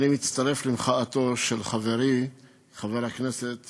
אני מצטרף למחאתו של חברי חבר הכנסת